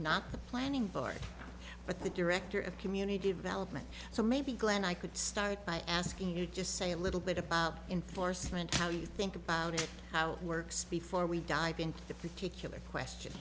not the planning board but the director of community development so maybe glen i could start by asking you just say a little bit about enforcement how you think about it how it works before we dive into the particular question